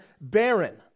barren